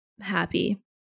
happy